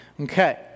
Okay